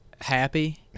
happy